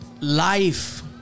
Life